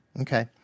Okay